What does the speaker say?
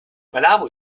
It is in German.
malabo